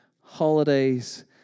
holidays